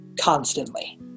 constantly